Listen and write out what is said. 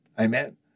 Amen